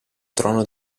trono